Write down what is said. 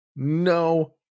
No